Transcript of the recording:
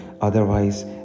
Otherwise